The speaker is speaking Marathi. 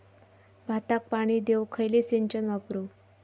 भाताक पाणी देऊक खयली सिंचन वापरू?